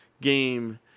game